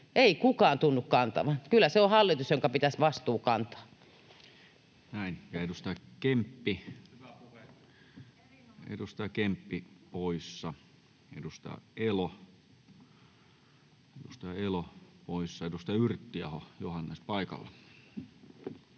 Ei kukaan tunnu kantavan. Kyllä se on hallitus, jonka pitäisi vastuu kantaa. Näin. — Ja edustaja Kemppi, edustaja Kemppi poissa. Edustaja Elo, edustaja Elo poissa. — Edustaja Yrttiaho, Johannes paikalla.